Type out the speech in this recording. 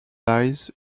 lies